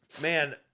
man